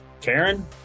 Karen